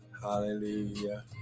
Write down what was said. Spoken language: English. Hallelujah